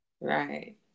Right